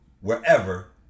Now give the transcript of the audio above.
wherever